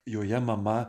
joje mama